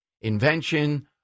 invention